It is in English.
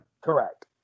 Correct